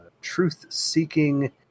truth-seeking